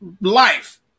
life